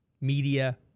media